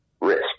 risk